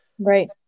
Right